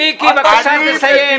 מיקי, בבקשה לסיים.